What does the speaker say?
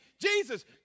Jesus